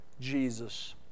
Jesus